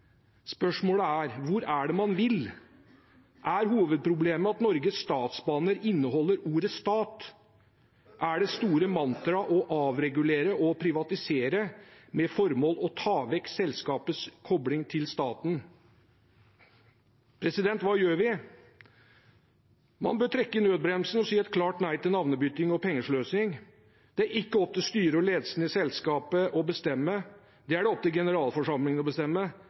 Spørsmålet er: Hvor er det man vil? Er hovedproblemet at Norges Statsbaner inneholder ordet «stat»? Er det store mantraet å avregulere og privatisere, med det formål å ta vekk selskapets kobling til staten? Hva gjør vi? Man bør trekke i nødbremsen og si et klart nei til navnebytte og pengesløsing. Det er ikke opp til styret og ledelsen i selskapet å bestemme, det er opp til generalforsamlingen å bestemme.